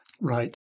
Right